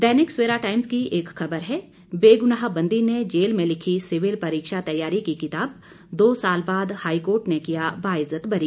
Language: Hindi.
दैनिक सवेरा टाइम्स की एक खबर है बेगुनाह बंदी ने जेल में लिखी सिविल परीक्षा तैयारी की किताब दो साल बाद हाईकोर्ट ने किया बाइज्जत बरी